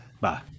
Bye